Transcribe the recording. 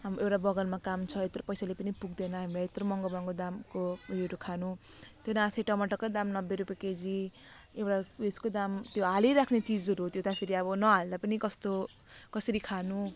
हाम्रो एउटा बगानमा काम छ यत्रो पैसाले पनि पुग्दैन हामीलाई यत्रो महँगो महँगो दामको उयोहरू खानु त्यो नाथे टमाटरको दाम नब्बे रुपियाँ केजी एउटा उयसको दाम त्यो हालिराख्ने चिजहरू हो त्यो त फेरि अब नहाल्दा पनि कस्तो कसरी खानु